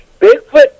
Bigfoot